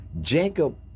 Jacob